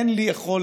אין לי יכולת